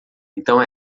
então